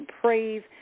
praise